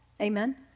Amen